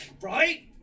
Right